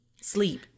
sleep